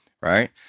Right